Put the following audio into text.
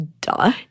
Duh